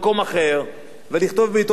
לכתוב בעיתון "הארץ" ולהגיד,